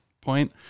point